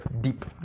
deep